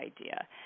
idea